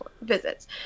visits